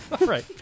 right